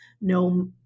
no